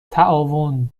تعاون